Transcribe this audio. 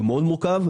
זה מאוד מורכב,